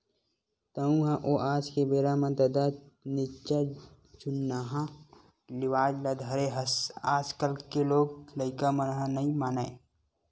तँहू ह ओ आज के बेरा म ददा निच्चट जुन्नाहा रिवाज ल धरे हस आजकल के लोग लइका मन ह नइ मानय